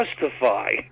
Justify